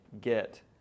get